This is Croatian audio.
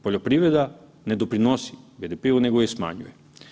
Poljoprivreda ne doprinosi BDP-u nego je smanjuje.